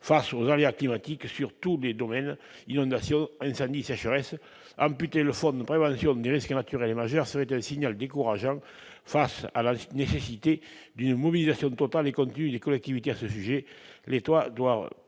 face aux aléas climatiques, dans tous les domaines- inondations, incendies, sécheresses, etc. Amputer le Fonds de prévention des risques naturels majeurs serait un signal décourageant face à la nécessité d'une mobilisation totale et continue des collectivités sur ce sujet. L'État doit